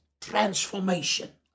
transformation